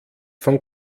von